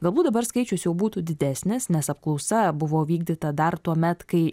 galbūt dabar skaičius jau būtų didesnis nes apklausa buvo vykdyta dar tuomet kai